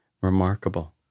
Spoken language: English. remarkable